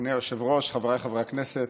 אדוני היושב-ראש, חבריי חברי הכנסת,